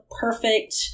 perfect